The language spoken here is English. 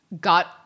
got